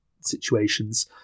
situations